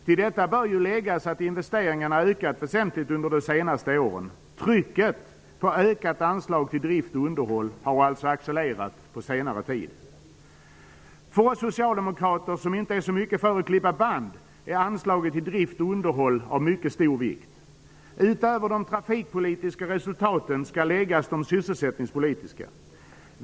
Till detta bör läggas att investeringarna ökat väsentligt under de senaste åren. Trycket på ökat anslag till drift och underhåll har alltså accelererat på senare tid. För oss socialdemokrater, som inte är så mycket för att klippa band, är anslaget till drift och underhåll av mycket stor vikt. Utöver de trafikpolitiska resultaten skall läggas de sysselsättningspolitiska.